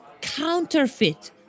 counterfeit